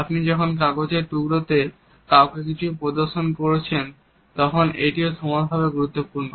আপনি যখন কাগজের টুকরোতে কাউকে কিছু প্রদর্শন করছেন তখনও এটি সমানভাবে গুরুত্বপূর্ণ